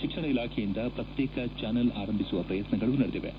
ಶಿಕ್ಷಣ ಇಲಾಖೆಯಿಂದ ಪ್ರತ್ಯೇಕ ಚಾನಲ್ ಆರಂಭಿಸುವ ಪ್ರಯತ್ನಗಳು ನಡೆದಿವೆ